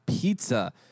Pizza